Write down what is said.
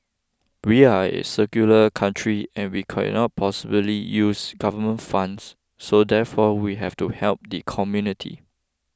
we are a secular country and we cannot possibly use government funds so therefore we have to help the community